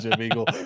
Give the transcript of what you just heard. Eagle